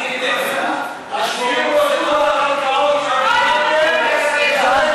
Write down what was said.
איזה שוויון, איך אתם רוצים, הורסים, בבקשה.